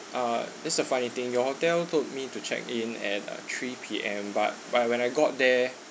uh that's a funny thing your hotel told me to check in at three P_M but but when I got there